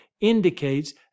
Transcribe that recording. indicates